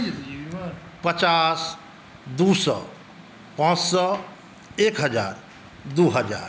पचास दू सए पाँच सए एक हज़ार दू हज़ार